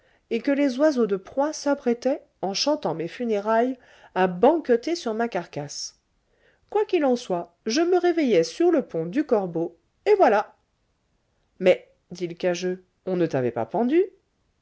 et que les oiseaux de proie s'apprêtaient en chantant mes funérailles à banqueter sur ma carcasse quoi qu'il en soit je me réveillai sur le pont du corbeau et voilà mais dit l'cageux on ne t'avait pas pendu